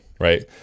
right